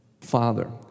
father